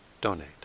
donate